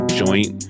joint